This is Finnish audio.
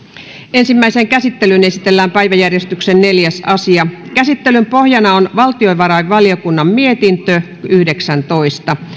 ensimmäiseen käsittelyyn esitellään päiväjärjestyksen neljäs asia käsittelyn pohjana on valtiovarainvaliokunnan mietintö yhdeksäntoista